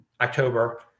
October